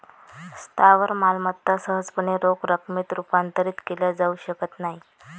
स्थावर मालमत्ता सहजपणे रोख रकमेत रूपांतरित केल्या जाऊ शकत नाहीत